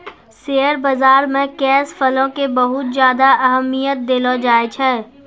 share बाजार मे cash flow के बहुत ज्यादा अहमियत देलो जाए छै